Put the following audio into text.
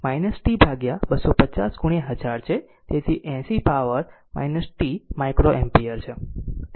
તેથી તે 20 e t250 1000 છે તેથી 80 e power t microampere છે